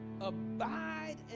abide